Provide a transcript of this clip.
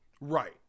right